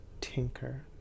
tinker